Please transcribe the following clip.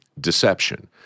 deception